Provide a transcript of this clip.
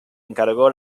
encargó